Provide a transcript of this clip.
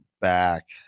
back